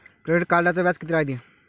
Credit कार्डचं व्याज कितीक रायते?